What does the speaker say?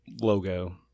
logo